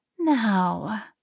Now